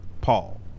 Paul